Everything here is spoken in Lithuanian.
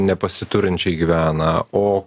nepasiturinčiai gyvena o